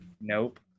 Nope